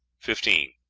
fifteen.